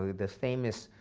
the famous